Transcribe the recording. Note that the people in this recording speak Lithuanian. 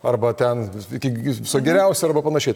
arba ten iki viso geriausio arba panašiai